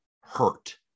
hurt